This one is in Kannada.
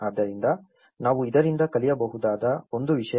ಆದ್ದರಿಂದ ನಾವು ಇದರಿಂದ ಕಲಿಯಬಹುದಾದ ಒಂದು ವಿಷಯ